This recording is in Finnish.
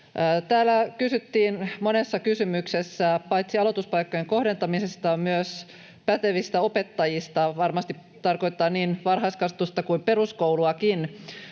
Täällä kysyttiin monessa kysymyksessä paitsi aloituspaikkojen kohdentamisesta myös pätevistä opettajista — varmasti tarkoittaa niin varhaiskasvatusta kuin peruskouluakin.